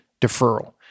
deferral